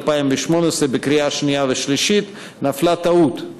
התשע"ט 2018, בקריאה שנייה ושלישית, נפלה טעות.